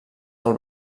del